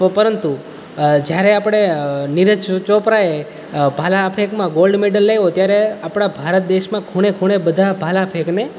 તો પરંતુ જ્યારે આપણે નીરજ ચોપરાએ ભાલા ફેંકમાં ગોલ્ડ મેડલ લાવ્યો ત્યારે આપણા ભારત દેશમાં ખૂણે ખૂણે બધા ભાલા ફેંકને